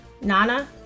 Nana